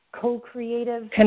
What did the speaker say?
co-creative